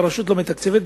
הרשות לא מתקצבת,